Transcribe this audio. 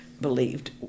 believed